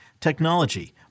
technology